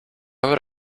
would